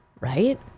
right